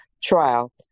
trial